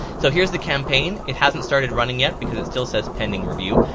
so here is the campaign it hasn't started running yet because it still says pending review.